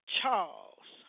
Charles